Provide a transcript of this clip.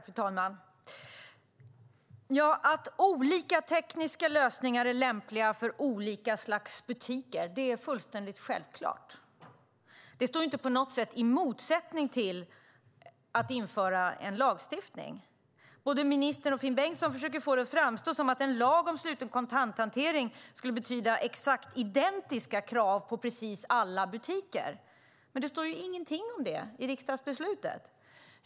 Fru talman! Att olika tekniska lösningar är lämpliga för olika slags butiker är fullständigt självklart. Det står inte på något sätt i motsättning till införandet av en lagstiftning. Både ministern och Finn Bengtsson försöker få det att framstå som att en lag om sluten kontanthantering skulle betyda exakt identiska krav på precis alla butiker. Men det står ingenting om det i riksdagsbeslutet.